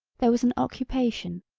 there was an occupation.